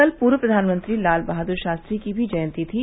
कल पूर्व प्रधानमंत्री लाल बहादुर शास्त्री की भी जयंती थी